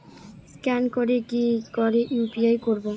Scan করে কি করে ইউ.পি.আই করবো?